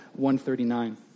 139